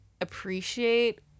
appreciate